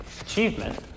achievement